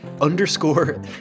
underscore